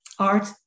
art